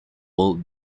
world